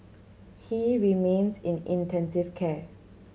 he remains in intensive care